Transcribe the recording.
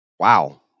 Wow